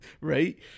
Right